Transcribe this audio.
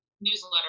newsletter